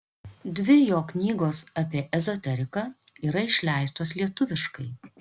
dvi jo knygos apie ezoteriką yra išleistos lietuviškai